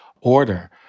order